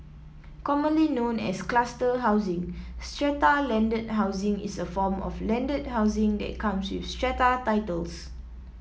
commonly known as cluster housing strata landed housing is a form of landed housing that comes with strata titles